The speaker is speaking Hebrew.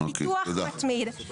פיתוח מתמיד.